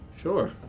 Sure